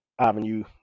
avenue